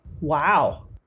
Wow